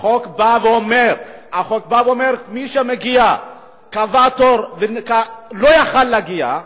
החוק אומר שמי שקבע תור ולא יכול היה להגיע,